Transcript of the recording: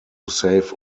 save